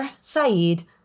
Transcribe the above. Saeed